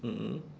mm mm